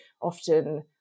often